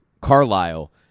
Carlisle